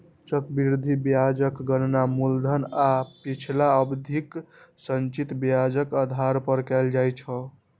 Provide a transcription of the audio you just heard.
चक्रवृद्धि ब्याजक गणना मूलधन आ पिछला अवधिक संचित ब्याजक आधार पर कैल जाइ छै